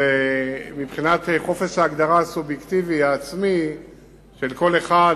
אז מבחינת חופש ההגדרה הסובייקטיבי העצמי של כל אחד,